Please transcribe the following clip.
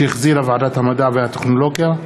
שהחזירה ועדת המדע והטכנולוגיה,